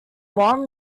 warm